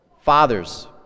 Fathers